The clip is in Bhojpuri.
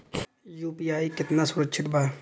यू.पी.आई कितना सुरक्षित बा?